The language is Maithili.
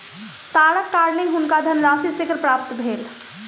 तारक कारणेँ हुनका धनराशि शीघ्र प्राप्त भेल